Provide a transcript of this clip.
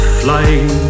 flying